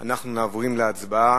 אני מצטער, כמו שאמרתי בתחילת דברי,